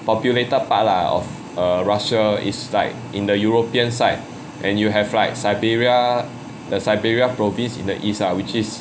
populated part lah of err russia it's like in the european site and you have like siberia the siberia province in the east lah which is